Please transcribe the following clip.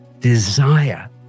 desire